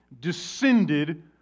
descended